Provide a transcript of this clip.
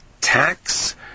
tax